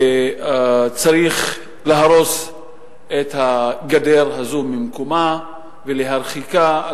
ושצריך להרוס את הגדר הזו ולהרחיקה ממקומה,